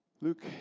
luke